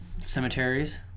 cemeteries